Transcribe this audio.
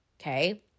Okay